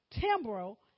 timbrel